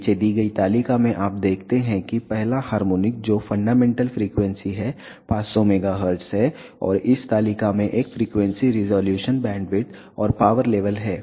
नीचे दी गई तालिका में आप देखते हैं कि पहला हार्मोनिक जो फंडामेंटल फ्रीक्वेंसी है 500 MHz है और इस तालिका में एक फ्रीक्वेंसी रिज़ॉल्यूशन बैंडविड्थ और पावर लेवल है